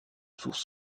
sources